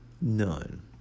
None